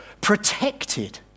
protected